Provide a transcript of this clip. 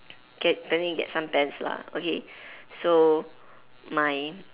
get planning to get some pens lah okay so my